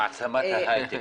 במעצמת ההיי-טק.